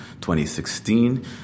2016